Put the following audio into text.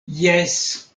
jes